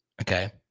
okay